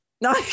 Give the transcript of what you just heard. No